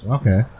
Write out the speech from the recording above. okay